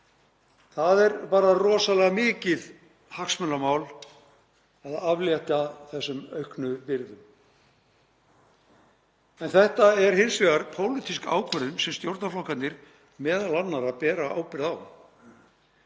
Það er bara rosalega mikið hagsmunamál að aflétta þessum auknu byrðum. En þetta er hins vegar pólitísk ákvörðun sem stjórnarflokkarnir meðal annarra bera ábyrgð á.